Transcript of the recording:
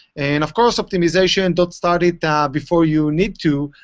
and of course, optimization don't start it ah before you need to.